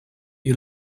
you